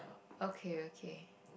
okay okay